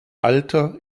alter